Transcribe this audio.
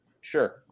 sure